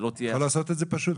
אתה יכול לעשות את זה פשוט,